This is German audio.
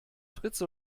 frites